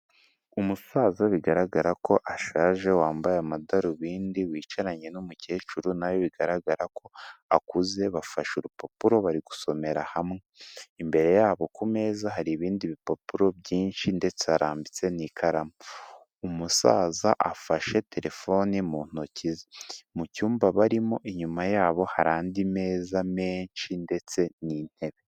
Umusaza bigaragara ko ashaje wambaye amadarubindi wicaranye n'umukecuru nawe bigaragara ko akuze bafashe urupapuro bari gusomera hamwe, imbere yabo ku meza hari ibindi bipapuro byinshi ndetse harambitse n'ikaramu, umusaza afashe telefoni mu ntoki ze, mu cyumba barimo inyuma yabo hari andi meza menshi ndetse n'intebe.